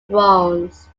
ones